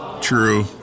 True